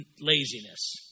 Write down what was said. laziness